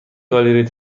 گالری